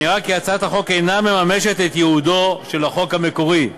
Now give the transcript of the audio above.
נראה כי הצעת החוק אינה מממשת את ייעודו של החוק המקורי.